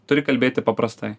turi kalbėti paprastai